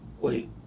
Wait